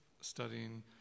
studying